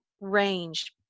range